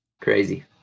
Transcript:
crazy